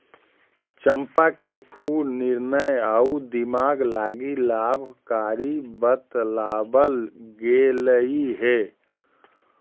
चंपा के फूल निर्णय आउ दिमाग लागी लाभकारी बतलाबल गेलई हे